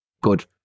good